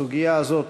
הסוגיה הזאת